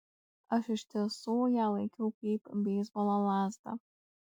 aš iš tiesų ją laikiau kaip beisbolo lazdą